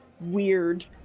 weird